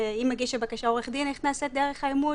אם מגיש הבקשה הוא עורך דין איך נעשית דרך האימות,